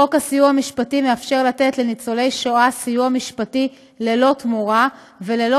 חוק הסיוע המשפטי מאפשר לתת לניצולי השואה סיוע משפטי ללא תמורה וללא